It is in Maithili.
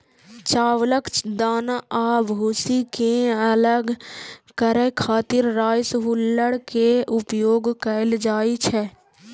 चावलक दाना आ भूसी कें अलग करै खातिर राइस हुल्लर के उपयोग कैल जाइ छै